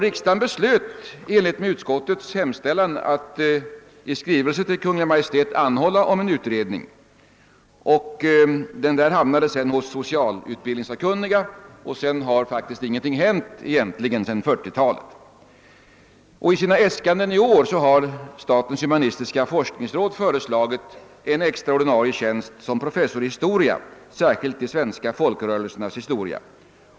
Riksdagen beslöt i enlighet med utskottets hemställan att i skrivelse till Kungl. Maj:t anhålla om en utredning. Denna framställning hamna de sedan hos socialutbildningssakkunniga, och sedan 1940-talet har egentligen inte någonting hänt. I sina äskanden i år har statens humanistiska forskningsråd föreslagit en extra ordinarie tjänst som professor i historia, särskilt de svenska folkrörelsernas historia.